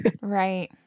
Right